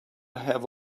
have